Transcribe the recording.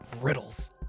riddles